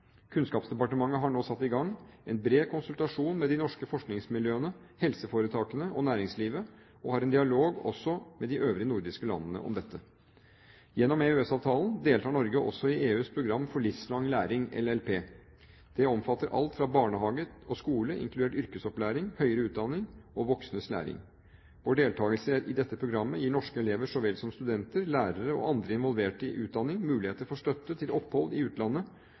Kunnskapsdepartementet har nå satt i gang en bred konsultasjon med de norske forskningsmiljøene, helseforetakene og næringslivet og har en dialog også med de øvrige nordiske landene om dette. Gjennom EØS-avtalen deltar Norge også i EUs program for livslang læring – LLP. Det omfatter alt fra barnehage og skole til yrkesopplæring, høyere utdanning og voksnes læring. Vår deltagelse i dette programmet gir norske elever så vel som studenter, lærere og andre involvert i utdanning muligheter for støtte til opphold i utlandet